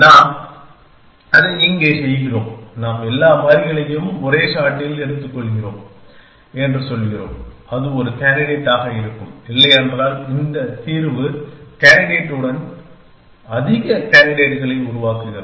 நாம் அதை இங்கே செய்கிறோம் நாம் எல்லா மாறிகளையும் ஒரே ஷாட்டில் எடுத்துக்கொள்கிறோம் என்று சொல்கிறோம் அது ஒரு கேண்டிடேட் ஆக எடுக்கும் இல்லையென்றால் தீர்வு இந்த கேண்டிடேட் உடன் அதிக கேண்டிடேட் களை உருவாக்குகிறது